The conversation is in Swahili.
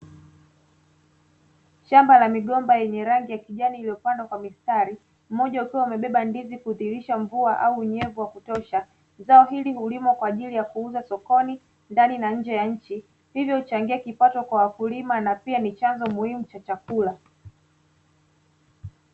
Shamba la migomba yenye rangi ya kijani iliyopandwa kwa mistari, mmoja ukiwa umebeba ndizi kudhihirisha mvua au unyevu wa kutosha. Zao hili hulimwa kwa ajili ya kuuza sokoni, ndani na nje ya nchi, hivyo huchangia kipato kwa wakulima na pia ni chanzo muhimu cha chakula.